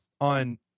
on